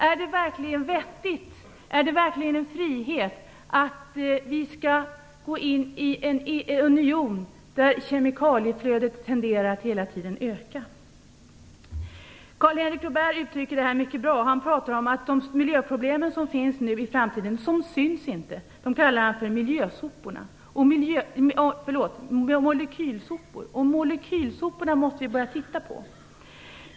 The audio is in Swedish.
Är det verkligen en frihet att gå med i en union där kemikalieflödet tenderar att hela tiden öka? Karl-Henrik Robèrt uttrycker detta bra. Han pratar om att de miljöproblem som kommer att finnas i framtiden inte syns. Han kallar dem för molekylsopor. Vi måste börja titta på molekylsoporna.